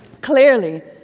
Clearly